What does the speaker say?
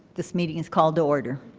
this meeting is called to order.